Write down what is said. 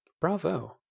bravo